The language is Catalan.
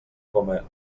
coma